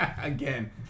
Again